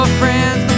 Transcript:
friends